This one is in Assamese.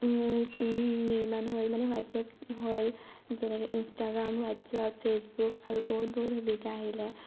নিৰ্মান হ'ল মানে হোৱাটছআপ হ'ল যেনেকৈ ইনষ্টাগ্ৰাম হোৱাটছআপ ফেচবুক আৰু বহুত বহুত সুবিধা আহিলে